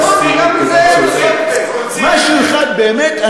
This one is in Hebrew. אמרתי, משהו אחד באמת.